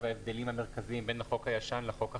ההבדלים המרכזיים בין החוק הישן לחוק החדש.